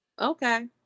Okay